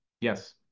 Yes